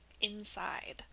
Inside